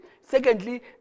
Secondly